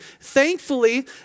Thankfully